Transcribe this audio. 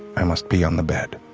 i must pee on the bed.